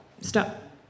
stop